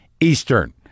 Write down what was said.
Eastern